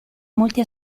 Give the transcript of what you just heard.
molti